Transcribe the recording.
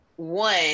One